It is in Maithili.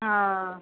हँ